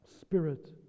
Spirit